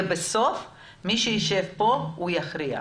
ובסוף מי שיישב פה הוא יכריע.